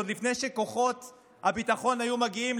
עוד לפני שכוחות הביטחון היו מגיעים,